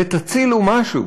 ותצילו משהו".